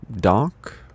dark